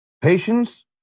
Patience